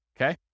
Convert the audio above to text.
okay